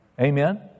Amen